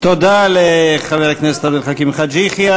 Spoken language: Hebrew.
תודה לחבר הכנסת עבד אל חכים חאג' יחיא.